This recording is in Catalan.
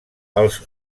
els